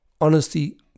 Honesty